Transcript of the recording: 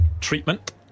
treatment